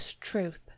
truth